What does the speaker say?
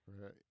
Right